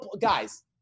guys